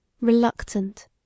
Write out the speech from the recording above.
reluctant